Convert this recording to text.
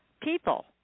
people